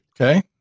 Okay